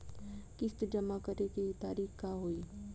किस्त जमा करे के तारीख का होई?